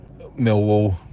Millwall